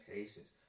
Patience